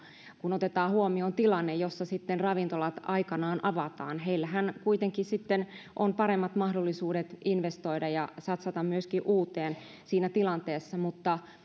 kun otetaan huomioon tilanne jossa sitten ravintolat aikanaan avataan heillähän kuitenkin on paremmat mahdollisuudet investoida ja satsata myöskin uuteen siinä tilanteessa mutta